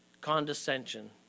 condescension